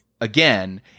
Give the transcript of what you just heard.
again